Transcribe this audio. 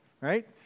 right